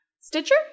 Stitcher